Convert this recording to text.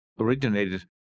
originated